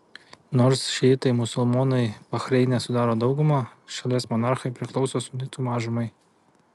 nors šiitai musulmonai bahreine sudaro daugumą šalies monarchai priklauso sunitų mažumai